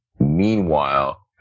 Meanwhile